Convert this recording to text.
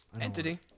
entity